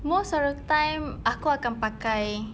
most of the time aku akan pakai